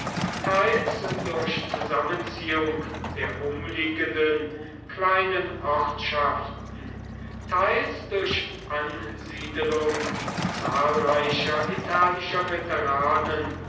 teils durch zusammenziehung der umliegenden kleinen ortschaften teils durch ansiedelung zahlreicher italischer veteranen